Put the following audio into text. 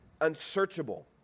Unsearchable